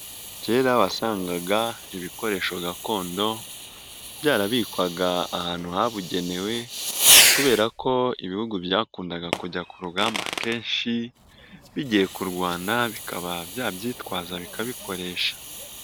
Kera wasangaga ibikoresho gakondo byarabikwaga ahantu habugenewe kubera ko ibihugu byakundaga kujya ku rugamba akenshi, bigiye kurwana, bikaba byabyitwaza bikabikoresha.